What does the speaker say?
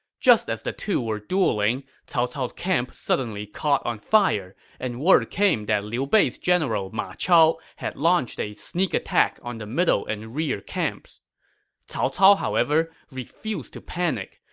just as the two were dueling, cao cao's camp suddenly caught on fire, and word came that liu bei's general ma chao had launched a sneak attack on the middle and rear camps cao cao, however, refused to panic.